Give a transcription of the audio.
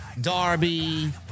Darby